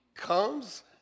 comes